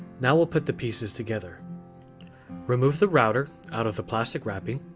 now we'll put the pieces together remove the router out of the plastic wrapping